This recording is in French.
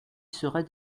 serai